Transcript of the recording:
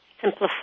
Simplify